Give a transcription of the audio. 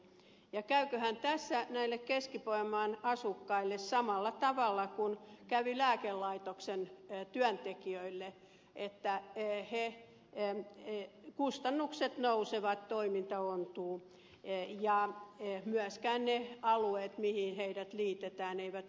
ja käyköhän tässä näille keski pohjanmaan asukkaille samalla tavalla kuin kävi lääkelaitoksen työntekijöille että kustannukset nousevat toiminta ontuu ja myöskään ne alueet mihin heidät liitetään eivät hyödy siitä